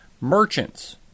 Merchants